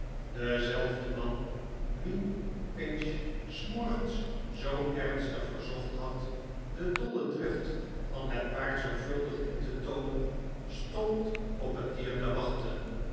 dezelfde man wien pinch r s morgens zoo ernstig verzocht had de dolle drift van het paard zorgvuldig in te toomen stond op het dier te wachten